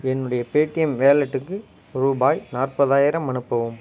என்னுடைய பேடிஎம் வேலெட்டுக்கு ரூபாய் நாற்பதாயிரம் அனுப்பவும்